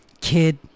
Kid